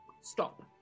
stop